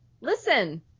listen